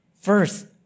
First